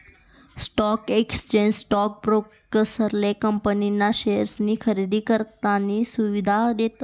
stock exchange stock ब्रोकरेसले company ना शेअर्सनी खरेदी करानी सुविधा देतस